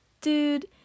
Dude